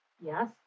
Yes